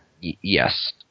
Yes